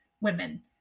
women